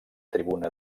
tribuna